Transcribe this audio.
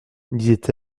disait